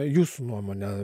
jūsų nuomone